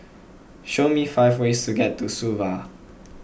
show me five ways to get to Suva